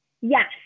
Yes